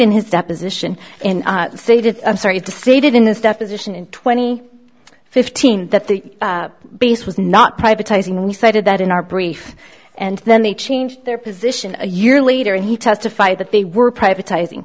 in this deposition in twenty fifteen that the base was not privatizing we cited that in our brief and then they changed their position a year later and he testified that they were privatizing